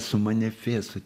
su manifestu